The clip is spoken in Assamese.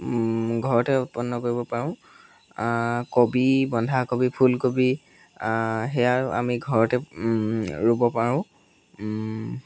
ঘৰতে উৎপন্ন কৰিব পাৰোঁ কবি বন্ধাকবি ফুলকবি সেয়াও আমি ঘৰতে ৰুব পাৰোঁ